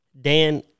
Dan